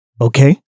Okay